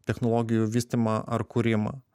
technologijų vystymą ar kūrimą